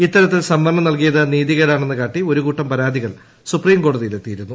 ഇത്തരത്തിൽ സംവരണം നൽകിയത് നീതികേടാണെന്ന് കാട്ടി ഒരുകൂട്ടം പരാതികൾ സുപ്രീം കോടതിയിൽ എത്തിയിരുന്നു